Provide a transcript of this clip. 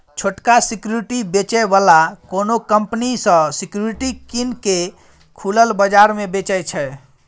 छोटका सिक्युरिटी बेचै बला कोनो कंपनी सँ सिक्युरिटी कीन केँ खुलल बजार मे बेचय छै